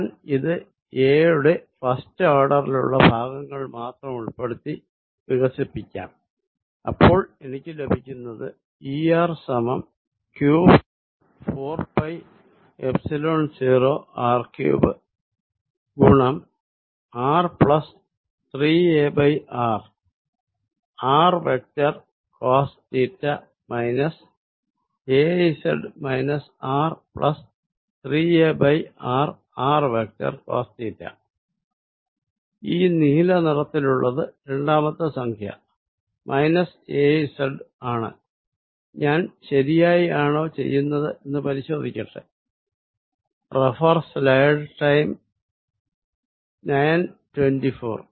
ഞാൻ ഇത് a യുടെ 1st ഓർഡറിലുള്ള ഭാഗങ്ങൾ മാത്രം ഉൾപ്പെടുത്തി വികസിപ്പിക്കാം അപ്പോൾ എനിക്ക് ലഭിക്കുന്നത് Er സമം q ഭാഗം 4 പൈ എപ്സിലോൺ 0 r3 ഗുണം r plus 3a r r vector cos theta minus az r 3 a r r vector cos theta ഈ നീല നിറത്തിലുള്ളത് രണ്ടാമത്തെ സംഖ്യ മൈനസ് az ആണ് ഞാൻ ശരിയായി ആണോ ചെയ്യുന്നത് എന്ന് പരിശോധിക്കട്ടെ റെഫർ സ്ലൈഡ് സമയം 09 24